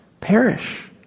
perish